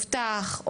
מובטח,